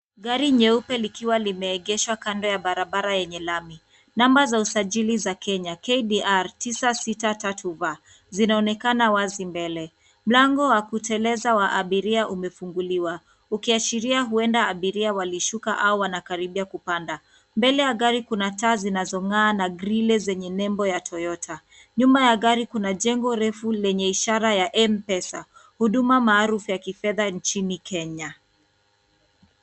Gari nyeupe likiwa limeegeshwa kando ya barabara yenye lami. Namba za usajili za Kenya KDR 963V zinaonekana wazi mbele. Mlango wa kuteleza wa abiria umefunguliwa ukiashiria huenda abiria walishuka au wanakaribia kupanda. Mbele ya gari kuna taa zinazong'aa na grille zenye nembo ya Toyota. Nyuma ya gari kuna jengo refu lenye ishara ya M-Pesa, huduma maarufu ya kifedha nchini Kenya.